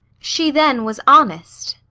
she then was honest.